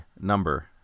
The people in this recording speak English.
number